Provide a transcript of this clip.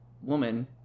woman